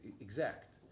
exact